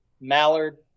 mallard